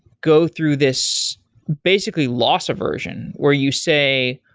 go through this basically loss aversion where you say,